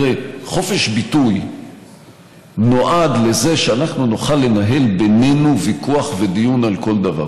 חופש ביטוי נועד לזה שאנחנו נוכל לנהל בינינו ויכוח ודיון על כל דבר,